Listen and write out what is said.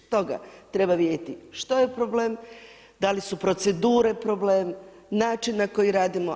Stoga treba vidjeti što je problem, da li su procedure problem, način na koji radimo.